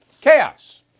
Chaos